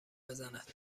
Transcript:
بزند